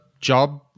job